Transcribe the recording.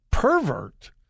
pervert